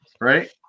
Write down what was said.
right